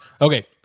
Okay